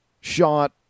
shot